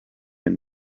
and